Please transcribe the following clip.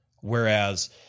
whereas